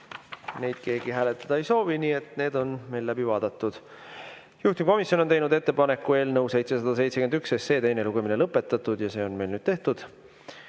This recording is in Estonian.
Neid keegi hääletada ei soovi, nii et need on meil läbi vaadatud. Juhtivkomisjon on teinud ettepaneku eelnõu 771 teine lugemine lõpetada ja see on meil tehtud.